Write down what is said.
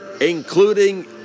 Including